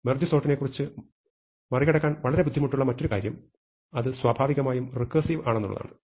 merge സോർട്ടിനെക്കുറിച്ച് മറികടക്കാൻ വളരെ ബുദ്ധിമുട്ടുള്ള മറ്റൊരു കാര്യം അത് സ്വാഭാവികമായും റെക്കേർസിവ് ആണെന്നുള്ളതാണ്